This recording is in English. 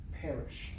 perish